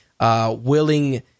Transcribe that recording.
willing